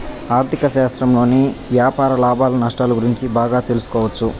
ఆర్ధిక శాస్త్రంలోని వ్యాపార లాభాలు నష్టాలు గురించి బాగా తెలుసుకోవచ్చు